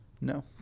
No